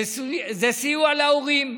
זה סיוע להורים,